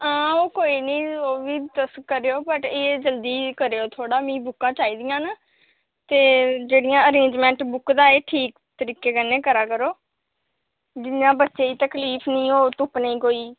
हां ओह् कोई निं ओह्बी तुस करेओ बट एह् जल्दी करेओ थोह्ड़ा मिगी बुक्कां चाही दियां न ते जेह्ड़ियां अरेंजमेंट बुक्कें दा एह् ठीक करियै करा करो दूआ बच्चें ईं तकलीफ निं हो तुप्पने ई कोई